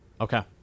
Okay